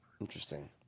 Interesting